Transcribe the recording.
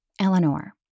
Eleanor